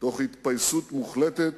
תוך התפייסות מוחלטת